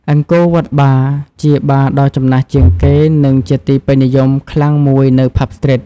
Angkor Wat Bar ជាបារដ៏ចំណាស់ជាងគេ និងជាទីពេញនិយមខ្លាំងមួយនៅ ផាប់ ស្ទ្រីត។